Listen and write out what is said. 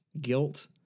guilt